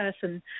person